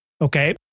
Okay